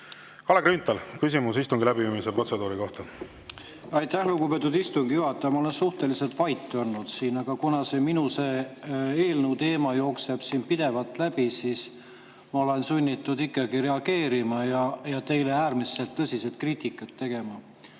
Kalle Grünthal, küsimus istungi läbiviimise protseduuri kohta. Aitäh, lugupeetud istungi juhataja! Ma olen siin suhteliselt vait olnud, aga kuna see minu eelnõu teema jookseb siin pidevalt läbi, siis ma olen sunnitud ikkagi reageerima ja teile äärmiselt tõsist kriitikat tegema.